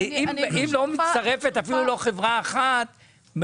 הרי אם לא מצטרפת ולו חברה אחת,